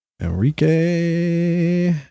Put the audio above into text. Enrique